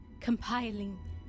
compiling